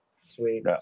Sweet